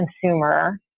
consumer